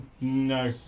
No